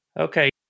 Okay